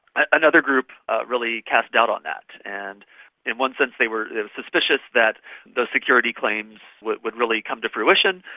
ah another group really cast doubt on that, and in one sense they were suspicious that those security claims would would really come to fruition.